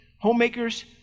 homemakers